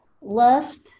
Lust